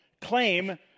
claim